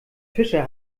fischer